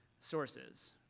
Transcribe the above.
sources